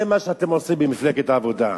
זה מה שאתם עושים במפלגת העבודה.